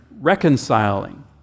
reconciling